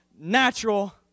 natural